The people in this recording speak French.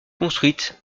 construite